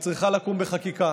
שצריכה לקום בחקיקה.